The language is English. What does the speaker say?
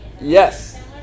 Yes